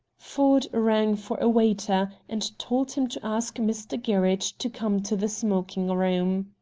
ford rang for a waiter, and told him to ask mr. gerridge to come to the smoking-room.